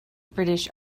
british